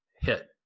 hit